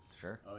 Sure